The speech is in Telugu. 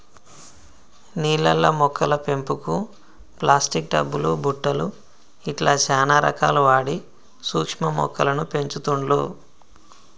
నీళ్లల్ల మొక్కల పెంపుకు ప్లాస్టిక్ టబ్ లు బుట్టలు ఇట్లా చానా రకాలు వాడి సూక్ష్మ మొక్కలను పెంచుతుండ్లు